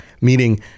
meaning